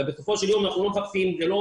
בסופו של דבר המצב הוא לא